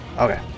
Okay